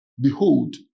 behold